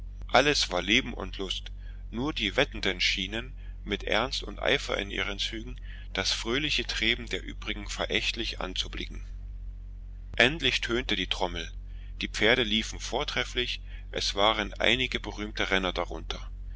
alles war leben und lust nur die wettenden schienen mit ernst und eifer in ihren zügen das fröhliche treiben der übrigen verächtlich anzublicken endlich tönte die trommel die pferde liefen vortrefflich es waren einige berühmte renner darunter